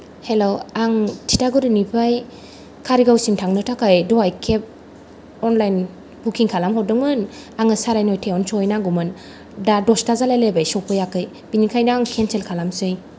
hello आं थिथागुरिनिफ्राय खारिगावसिम थांनो थाखाय दहाय केब अनलायन बुकिं खालामहरदोंमोन आङो साराय नयथायावनो सहैनांगौमोन दा दसथा जालायलायबाय सफैयाखै बिनिखायनो आं केन्सेल खालामसै